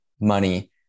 money